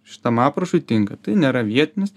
šitam aprašui tinka tai nėra vietinis